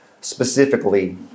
specifically